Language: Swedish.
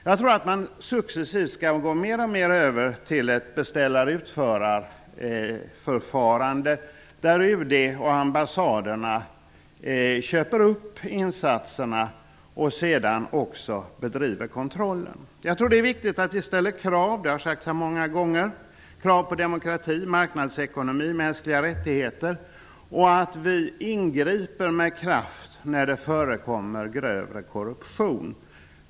Jag tror att man successivt mer och mer kommer att gå över till ett beställar--utförar-förfarande, där UD och ambassaderna köper upp insatserna och sedan utövar kontroll. Det är viktigt att vi ställer krav -- det har sagts här många gånger -- på demokrati, marknadsekonomi, mänskliga rättigheter och att vi ingriper med kraft när det förekommer grövre korruption.